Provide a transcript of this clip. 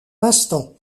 l’instant